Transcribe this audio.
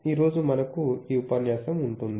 ఈ రోజు మనకు ఈ ఉపన్యాసం ఉంటుంది